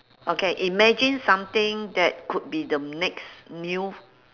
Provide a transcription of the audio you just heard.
okay imagine something that could be the next new